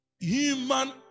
human